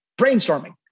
brainstorming